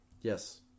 yes